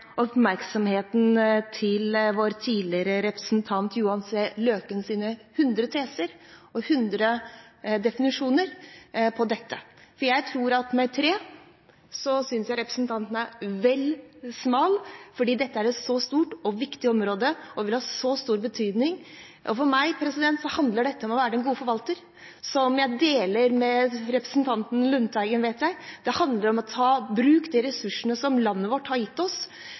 oppmerksomheten på vår tidligere representant Johan C. Løkens 50 teser og definisjoner av dette, for jeg tror at med tre er representanten Lundteigen vel smal, fordi dette er et så stort og viktig område som vil ha så stor betydning. For meg handler dette om å være den gode forvalter, et syn jeg vet jeg deler med representanten Lundteigen. Det handler om å ta i bruk de ressursene som landet vårt har gitt oss,